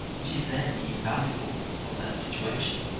which is then the invaluable of that situation.